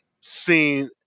seen